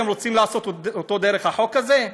אתם רוצים לעשות דרך החוק הזה?